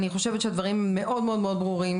אני חושבת שהדברים מאוד מאוד ברורים,